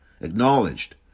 acknowledged